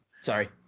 Sorry